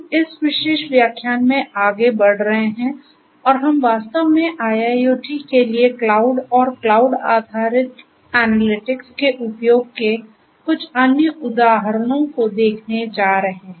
हम इस विशेष व्याख्यान में आगे बढ़ रहे हैं और हम वास्तव में IIoT के लिए क्लाउड और क्लाउड आधारित एनालिटिक्स के उपयोग के कुछ अन्य उदाहरणों को देखने जा रहे हैं